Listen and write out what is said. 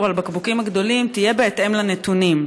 על בקבוקים גדולים תהיה בהתאם לנתונים.